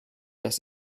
das